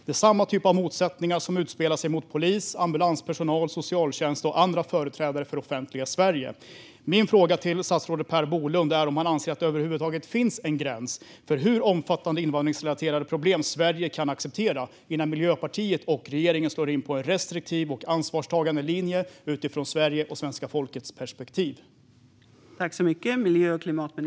Det är samma typ av motsättningar som utspelar sig när det gäller polis, ambulanspersonal, socialtjänstpersonal och andra företrädare för det offentliga Sverige. Min fråga till statsrådet Per Bolund är om han anser att det över huvud taget finns en gräns för hur omfattande invandringsrelaterade problem Sverige kan acceptera. Hur omfattande problem kan Sverige acceptera innan Miljöpartiet och regeringen slår in på en restriktiv och ansvarstagande linje utifrån Sveriges och svenska folkets perspektiv?